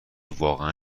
واقعا